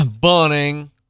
bunning